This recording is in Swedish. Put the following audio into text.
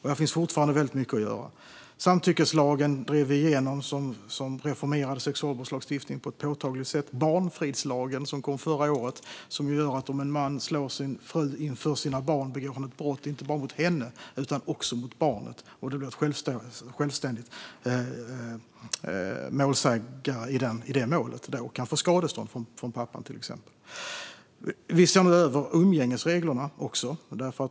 Här finns fortfarande väldigt mycket att göra. Samtyckeslagen, som reformerade sexualbrottslagstiftningen på ett påtagligt sätt, drev vi igenom. Barnfridslagen kom förra året, och den innebär att om en man slår sin fru inför sina barn begår han ett brott inte bara mot henne utan också mot barnen som blir självständiga målsägare i målet och kan få skadestånd från pappan. Vi ser nu också över umgängesreglerna.